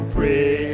Pray